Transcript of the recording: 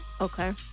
Okay